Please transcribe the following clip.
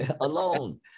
alone